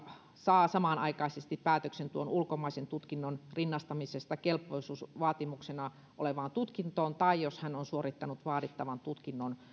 saa samanaikaisesti päätöksen tuon ulkomaisen tutkinnon rinnastamisesta kelpoisuusvaatimuksena olevaan tutkintoon tai jos hän on suorittanut vaadittavan tutkinnon